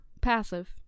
passive